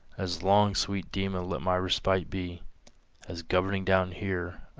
as long, sweet demon, let my respite be as, governing down here,